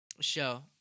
Show